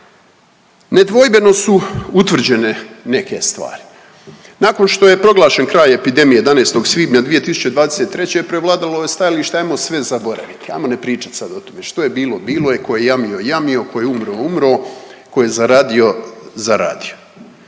Nedvojbeno su utvrđene neke stvari. Nakon što je proglašen kraj epidemije 11. svibnja 2023. prevladalo je stajalište hajmo sve zaboraviti, hajmo ne pričati sad o tome, što je bilo bilo je, tko je jamio, jamio, tko je umro, umro, tko je zaradio, zaradio.